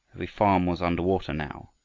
every farm was under water now,